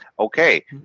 Okay